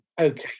Okay